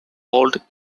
old